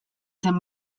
zen